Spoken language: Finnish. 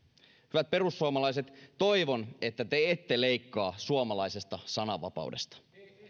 hyvät perussuomalaiset toivon että te ette leikkaa suomalaisesta sananvapaudesta